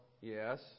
yes